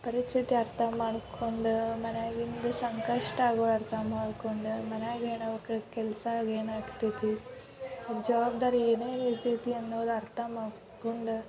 ಪರಿಸ್ಥಿತಿ ಅರ್ಥ ಮಾಡ್ಕೊಂಡು ಮನ್ಯಾಗಿಂದ ಸಂಕಷ್ಟ ಆಗು ಅರ್ಥ ಮಾಡ್ಕೊಂಡು ಮನ್ಯಾಗ ಏನೋ ಕೆಲಸ ಏನು ಆಗ್ತೈತಿ ಜವಾಬ್ದಾರಿ ಏನೇನೋ ಇರ್ತೈತಿ ಅನ್ನೋದು ಅರ್ಥ ಮಾಡ್ಕೊಂಡು